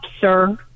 sir